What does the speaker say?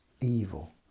evil